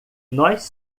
nós